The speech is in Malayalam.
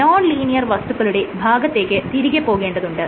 നോൺ ലീനിയർ വസ്തുക്കളുടെ ഭാഗത്തേക്ക് തിരികെപോകേണ്ടതുണ്ട്